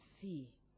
See